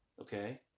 Okay